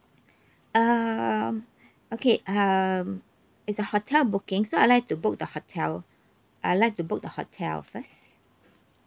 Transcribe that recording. um okay um it's a hotel booking so I'd like to book the hotel I'd like to book the hotel first